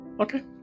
Okay